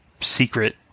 secret